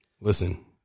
Listen